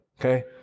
okay